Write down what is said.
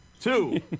Two